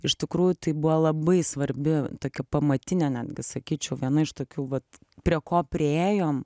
iš tikrųjų tai buvo labai svarbi tokia pamatinė netgi sakyčiau viena iš tokių vat prie ko priėjom